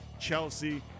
Chelsea